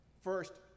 first